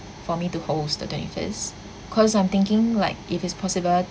for me to host the twenty first cause I'm thinking like if is possible